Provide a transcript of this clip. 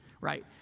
right